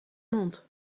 mond